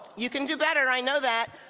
you can do better. i know that.